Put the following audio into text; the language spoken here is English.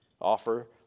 Offer